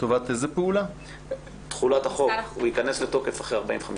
תחולת החוק, הוא ייכנס לתוקף אחרי 45 יום.